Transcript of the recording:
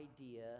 idea